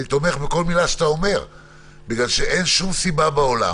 אני תומך בכל מילה שאתה אומר בגלל שאין שום סיבה בעולם